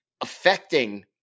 affecting